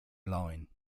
line